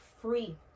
free